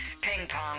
ping-pong